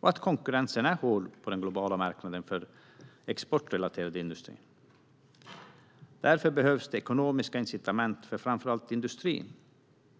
och att konkurrensen är hård på den globala marknaden för exportrelaterad industri. Därför behövs ekonomiska incitament framför allt för industrin.